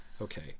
Okay